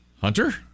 Hunter